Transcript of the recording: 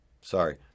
sorry